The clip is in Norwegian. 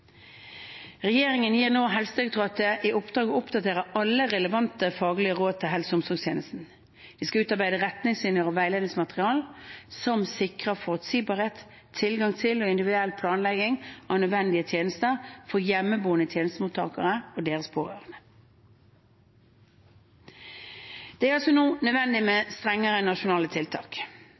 Regjeringen gir nå Helsedirektoratet i oppdrag å oppdatere alle relevante faglige råd til helse- og omsorgstjenesten. De skal utarbeide retningslinjer og veiledningsmateriell som sikrer forutsigbarhet, tilgang til og individuell planlegging av nødvendige tjenester for hjemmeboende tjenestemottakere og deres pårørende. Det er altså nå nødvendig med strengere nasjonale tiltak.